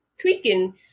tweaking